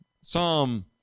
Psalm